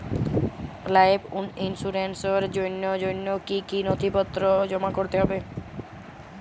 Life ইন্সুরেন্সর জন্য জন্য কি কি নথিপত্র জমা করতে হবে?